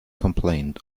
complaint